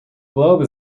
globe